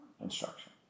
instruction